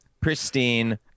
pristine